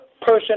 person